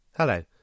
Hello